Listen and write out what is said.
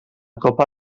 copa